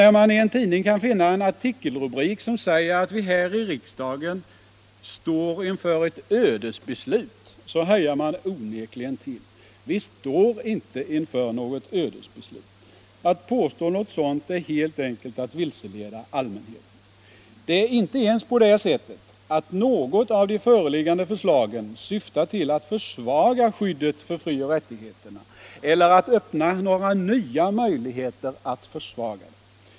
När man i en tidning kan finna en artikelrubrik som säger, att vi nu här i riksdagen står inför ett ödesbeslut, hajar man onekligen till. Vi står inte inför något ödesbeslut. Att påstå något sådant är helt enkelt att vilseleda allmänheten. Det är inte ens på det sättet att något av de föreliggande förslagen syftar till att försvaga skyddet för frioch rättigheterna eller att öppna några nya möjligheter att försvaga det.